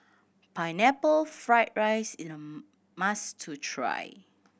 Pineapple Fried rice is a must try